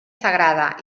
sagrada